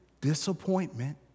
disappointment